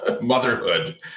motherhood